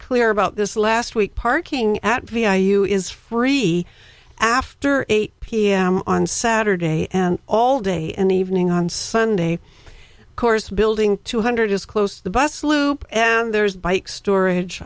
clear about this last week parking at vi u is free after eight pm on saturday and all day and evening on sunday course building two hundred is close to the bus loop and there's bike storage